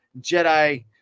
Jedi